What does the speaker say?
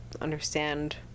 understand